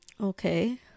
Okay